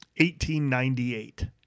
1898